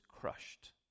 crushed